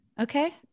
okay